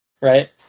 Right